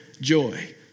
joy